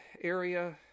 area